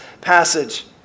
passage